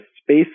space